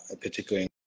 particularly